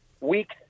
week